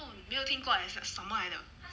没有听过 leh 什么来的